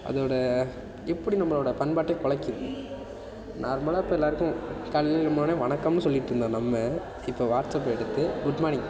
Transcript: அதோட எப்படி நம்மளோட பண்பாட்டை கொலைக்குது நார்மலாக இப்போ எல்லாருக்கும் காலையில் எழும்புனவுன்னே வணக்கம்ன்னு சொல்லிவிட்டு இருந்த நம்ம இப்போ வாட்ஸ்ஆப் எடுத்து குட் மார்னிங்